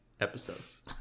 episodes